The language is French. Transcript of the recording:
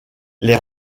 les